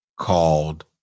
called